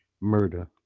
murder